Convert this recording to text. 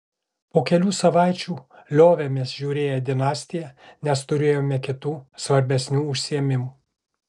po kelių savaičių liovėmės žiūrėję dinastiją nes turėjome kitų svarbesnių užsiėmimų